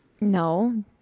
No